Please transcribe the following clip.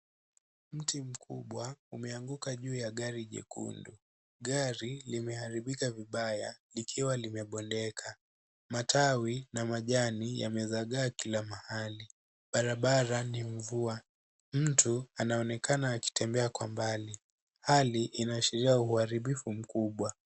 Mti mkubwa umeanguka juu ya gari jekundu. Gari limeharibika vibaya likiwa limebondeka. Matawi na majani yamezagaa kila mahali, barabara ni mvua. Mtu anaonekana akitembea kwa mbali. Hali inaashiria uharibifu mkubwa.